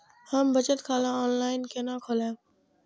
हम बचत खाता ऑनलाइन केना खोलैब?